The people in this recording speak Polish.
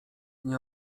nie